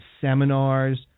seminars